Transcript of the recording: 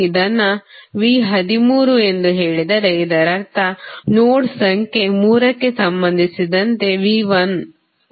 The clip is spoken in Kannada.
ಇದನ್ನು V13 ಎಂದು ಹೇಳಿದರೆ ಇದರರ್ಥ ನೋಡ್ ಸಂಖ್ಯೆ 3 ಕ್ಕೆ ಸಂಬಂಧಿಸಿದಂತೆ V1 ವೋಲ್ಟೇಜ್